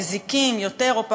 מזיקים יותר או פחות,